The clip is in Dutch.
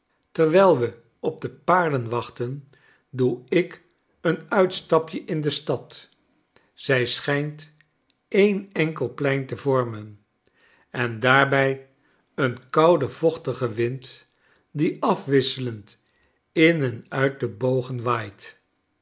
terwijl we op de paarden wachten doe ik een uitstapje in de stad zij schijnt en enkel plein te vormen en daarbij een koude vochtige wind die af wisselend in en uit de bogen waait